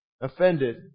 Offended